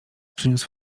przyniósł